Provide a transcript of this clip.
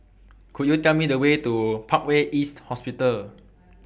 Could YOU Tell Me The Way to Parkway East Hospital